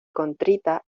contrita